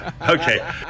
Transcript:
Okay